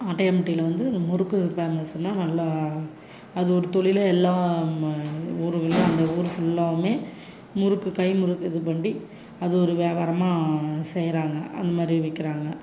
ஆட்டையாம்பட்டியில் வந்து இந்த முறுக்கு விற்பாங்க சொன்னா நல்லா அது ஒரு தொழில் எல்லாம் ம ஊருகளும் அந்த ஊரு ஃபுல்லாவும் முறுக்கு கை முறுக்கு இது பண்ணி அது ஒரு வியாபாரமக செய்கிறாங்க அந்த மாதிரி விற்கிறாங்க